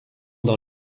dans